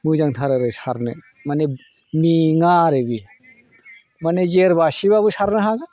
मोजांथार आरो सारनो माने मेङा आरो बे माने जेरबासेबाबो सारनो हागोन